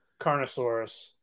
Carnosaurus